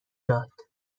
داد